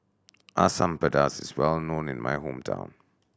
Asam Pedas is well known in my hometown